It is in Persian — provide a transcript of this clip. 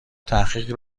تحقیقی